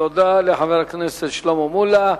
תודה לחבר הכנסת שלמה מולה.